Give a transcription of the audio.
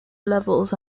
levels